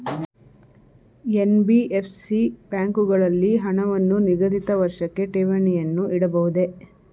NBFC ಬ್ಯಾಂಕುಗಳಲ್ಲಿ ಹಣವನ್ನು ನಿಗದಿತ ವರ್ಷಕ್ಕೆ ಠೇವಣಿಯನ್ನು ಇಡಬಹುದೇ?